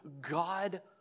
God